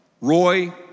Roy